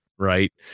right